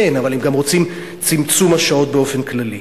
כן, אבל הם גם רוצים צמצום השעות באופן כללי.